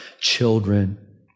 Children